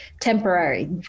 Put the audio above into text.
temporary